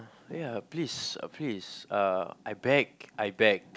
ya please uh please uh I beg I beg